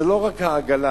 זה לא רק העגלה,